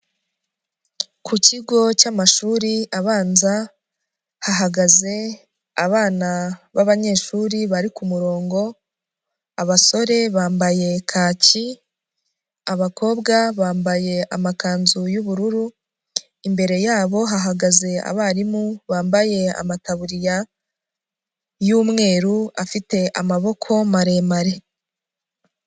Ku kigo cy'amashuri abanza hahagaze abana b'abanyeshuri bari ku murongo, abasore bambaye kaki, abakobwa bambaye amakanzu y'ubururu, imbere yabo hahagaze abarimu bambaye amataburiya y'umweru afite amaboko maremare.